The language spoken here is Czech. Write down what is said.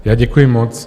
Já děkuji moc.